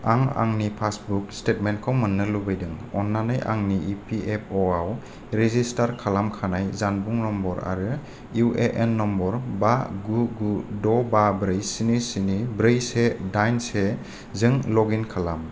आं आंनि पासबुक स्टेटमेन्टखौ मोन्नो लुबैदों अन्नानै आंनि इपिएफअ आव रेजिस्टार खालामखानाय जानबुं नम्बर आरो इउएएन नम्बर बा गु गु द' बा ब्रै स्नि स्नि ब्रै से दाइन सेजों लगइन खालाम